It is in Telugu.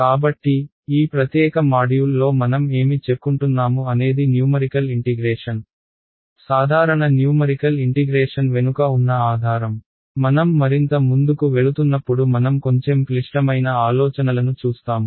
కాబట్టి ఈ ప్రత్యేక మాడ్యూల్లో మనం ఏమి చెప్కుంటున్నాము అనేది న్యూమరికల్ ఇంటిగ్రేషన్ సాధారణ న్యూమరికల్ ఇంటిగ్రేషన్ వెనుక ఉన్న ఆధారం మనం మరింత ముందుకు వెళుతున్నప్పుడు మనం కొంచెం క్లిష్టమైన ఆలోచనలను చూస్తాము